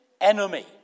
enemy